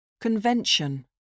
Convention